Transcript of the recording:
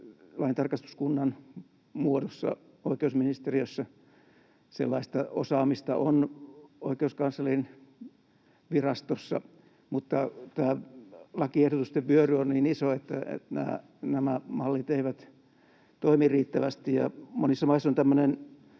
laintarkastuskunnan muodossa oikeusministeriössä. Sellaista osaamista on oikeuskanslerin virastossa, mutta tämä lakiehdotusten vyöry on niin iso, että nämä mallit eivät toimi riittävästi, ja monissa maissa on tämmöinen